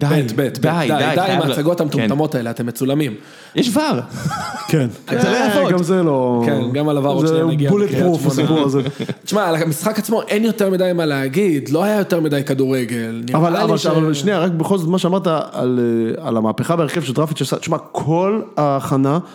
די, די, עדיין, מצגות המטומטמות האלה אתה מצולמים. יש ור. כן. גם זה לא... כן, גם על הוורות שלהם הוא הגיע. זה בולט בור פוסקנו בזה. שמע, על המשחק עצמו אין יותר מדי מה להגיד, לא היה יותר מדי כדורגל. אבל שנייה, רק בכל זאת מה שאמרת על המהפכה בהרחב של דרפיטש, שמה, כל ההכנה